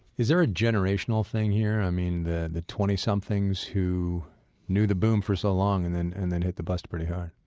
is there a generational thing here? i mean, the the twenty somethings who knew the boom for so long and then and then hit the bust pretty hard?